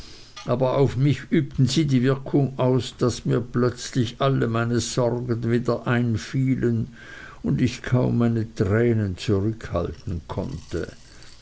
aber auf mich übten sie die wirkung aus daß mir plötzlich alle meine sorgen wieder einfielen und ich kaum meine tränen zurückhalten konnte